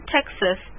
Texas